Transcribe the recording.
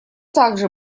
также